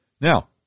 Now